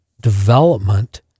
development